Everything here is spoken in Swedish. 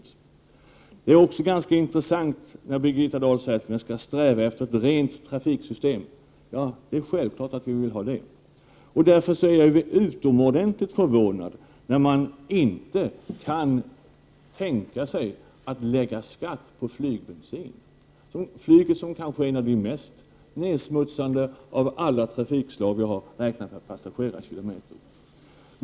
Det är också intressant att Birgitta Dahl säger att man skall sträva efter ett ”rent” system. Det är självklart att vi vill ha ett sådant. Därför är jag utomordentligt förvånad över att man inte kan tänka sig att lägga skatt på flygbensin. Flyget är kanske det mest nedsmutsande av alla trafikslag, räknat per passagerarkilometer.